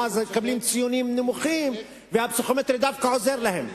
ואז מקבלים ציונים נמוכים והפסיכומטרי דווקא עוזר להם.